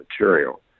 material